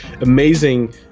amazing